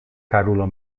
karulo